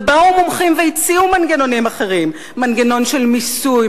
ובאו מומחים והציעו מנגנונים אחרים: מנגנון של מיסוי,